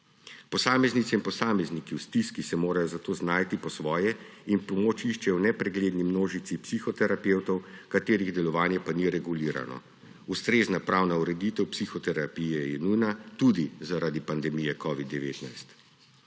Posameznice in posamezniki v stiski se morajo zato znajti po svoje in pomoč iščejo v nepregledni množici psihoterapevtov, katerih delovanje pa ni regulirano. Ustrezna pravna ureditev psihoterapije je nujna tudi zaradi pandemije covida-19.